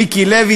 מיקי לוי,